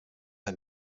ein